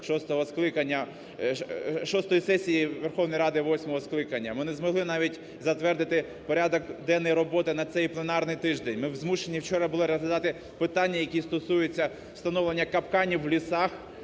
сесії Верховної Ради восьмого скликання. Ми не змогли навіть затвердити порядок денний роботи на цей пленарний тиждень. Ми змушені вчора були розглядати питання, які стосуються встановлення капканів в лісах